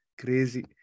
Crazy